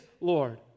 Lord